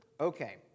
Okay